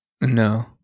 No